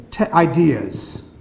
ideas